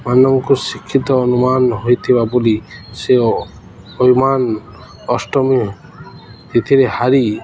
ମାନଙ୍କୁ ଶିକ୍ଷିତ ଅନୁମାନ ହୋଇଥିବା ବୋଲି ସେ ଅଭିମାନ ଅଷ୍ଟମୀ ଏଥିରେ ହାରି